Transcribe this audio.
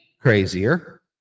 crazier